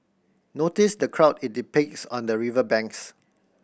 notice the crowd it depicts on the river banks